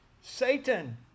Satan